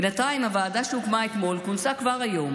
בינתיים הוועדה שהוקמה אתמול כונסה כבר היום.